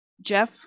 Jeff